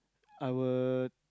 I will